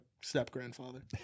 step-grandfather